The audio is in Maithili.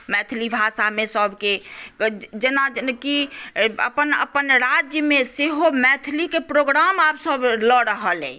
मैथिली भाषामे सभके जेनाकि अपन अपन राज्यमे सेहो मैथिलीके प्रोग्राम आब सभ लऽ रहल अइ